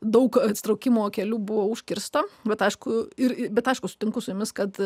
daug atsitraukimo kelių buvo užkirsta bet aišku ir bet aišku sutinku su jumis kad